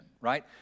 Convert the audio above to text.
right